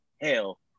hell